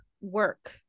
work